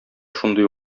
шундый